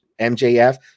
mjf